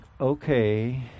okay